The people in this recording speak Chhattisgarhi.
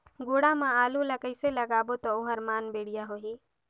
गोडा मा आलू ला कइसे लगाबो ता ओहार मान बेडिया होही?